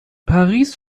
paris